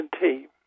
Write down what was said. team